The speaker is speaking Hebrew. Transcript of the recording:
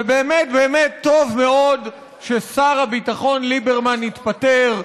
ובאמת באמת טוב מאוד ששר הביטחון ליברמן התפטר,